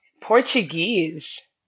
Portuguese